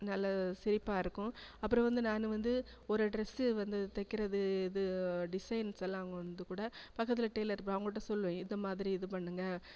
நல்ல சிரிப்பாக இருக்கும் அப்புறம் வந்து நான் வந்து ஒரு ட்ரெஸ்ஸு வந்து தைக்கிறது இது டிசைன்ஸெல்லாம் அவங்க வந்துக்கூட பக்கத்தில் டெய்லர் இருப்பாங்க அவங்கள்ட்ட சொல்லுவேன் இந்த மாதிரி இது பண்ணுங்க